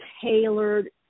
tailored